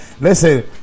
Listen